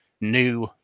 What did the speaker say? new